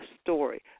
story